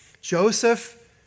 Joseph